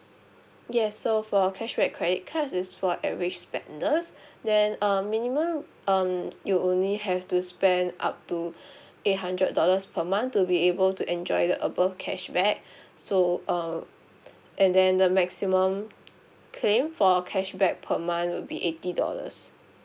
yes so for cashback credit cards it's for average spenders then uh minimum um you only have to spend up to eight hundred dollars per month to be able to enjoy the above cashback so uh and then the maximum claim for cashback per month would be eighty dollars